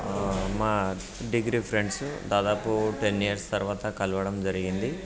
మా degree friends దాదాపు ten years తరువాత కలవడం జరిగింది